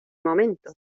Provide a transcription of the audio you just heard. momento